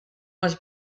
was